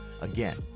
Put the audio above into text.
Again